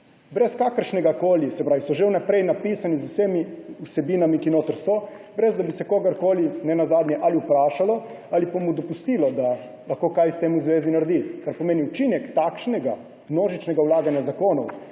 brez kakršnegakoli – se pravi, so že vnaprej napisani z vsemi vsebinami, ki so notri – brez da bi se kogarkoli ali vprašalo ali mu dopustilo, da lahko kaj s tem v zvezi naredi. Kar pomeni, učinek takšnega množičnega vlaganja zakonov